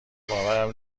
باورم